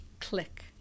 Click